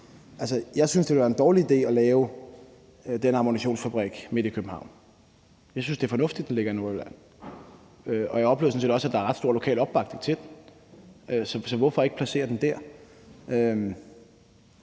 Jeg synes, det ville være en dårlig idé at lave den ammunitionsfabrik midt i København. Jeg synes, det er fornuftigt, den ligger i Nordjylland. Jeg oplever sådan set også, at der er ret stor lokal opbakning til den. Så hvorfor ikke placere den der?